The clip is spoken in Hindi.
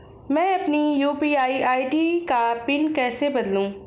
मैं अपनी यू.पी.आई आई.डी का पिन कैसे बदलूं?